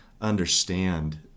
understand